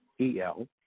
E-L